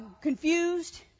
confused